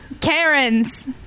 Karen's